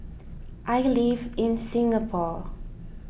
I live in Singapore